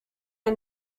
are